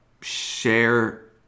share